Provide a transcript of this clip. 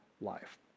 life